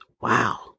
Wow